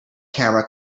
camera